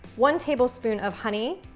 one tablespoon of honey,